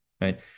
right